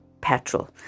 petrol